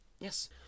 Yes